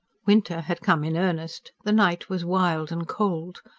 winter had come in earnest the night was wild and cold.